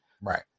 right